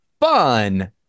fun